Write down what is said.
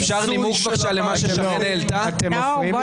מי